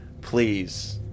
please